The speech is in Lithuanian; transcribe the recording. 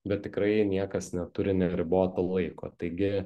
bet tikrai niekas neturi neriboto laiko taigi